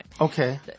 Okay